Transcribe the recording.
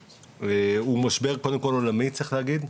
הוא משבר קודם כל עולמי, צריך להגיד.